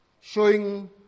showing